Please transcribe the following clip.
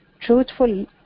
truthful